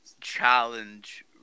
challenge